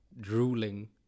drooling